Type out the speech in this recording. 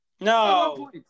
No